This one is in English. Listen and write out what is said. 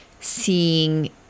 seeing